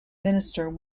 minister